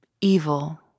evil